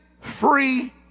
free